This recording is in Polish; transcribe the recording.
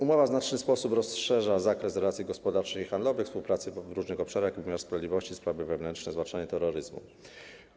Umowa w znaczny sposób rozszerza zakres relacji gospodarczych i handlowych, współpracy w różnych obszarach, takich jak wymiar sprawiedliwości, sprawy wewnętrzne czy zwalczanie terroryzmu.